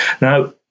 Now